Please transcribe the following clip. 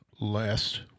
last